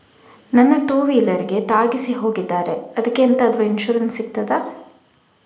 ನನ್ನ ಟೂವೀಲರ್ ಗೆ ತಾಗಿಸಿ ಹೋಗಿದ್ದಾರೆ ಅದ್ಕೆ ಎಂತಾದ್ರು ಇನ್ಸೂರೆನ್ಸ್ ಸಿಗ್ತದ?